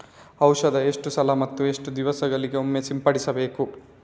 ಔಷಧ ಎಷ್ಟು ಸಲ ಮತ್ತು ಎಷ್ಟು ದಿವಸಗಳಿಗೊಮ್ಮೆ ಸಿಂಪಡಿಸಬೇಕು?